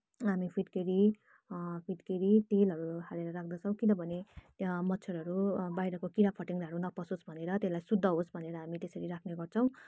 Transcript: हामी फिटकेरी फिटकेरी तेलहरू हालेर राख्दछौँ किनभने मच्छरहरू बाहिरको किरा फटेङराहरू नपसोस् भनेर तेल्लाई शुद्ध होस् भनेर हामी त्यसरी राख्ने गर्छौँ